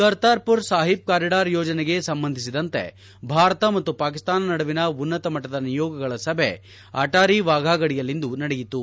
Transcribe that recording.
Kartarpur Sahib corridor ಯೋಜನೆಗೆ ಸಂಬಂಧಿಸಿದಂತೆ ಭಾರತ ಮತ್ತು ಪಾಕಿಸ್ತಾನ ನಡುವಿನ ಉನ್ನತಮಟ್ಟದ ನಿಯೋಗಗಳ ಸಭೆ ಅಟ್ನಾರಿ ವಾಘಾ ಗಡಿಯಲ್ಲಿಂದು ನಡೆಯಿತು